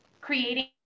creating